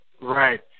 right